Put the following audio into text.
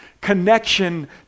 connection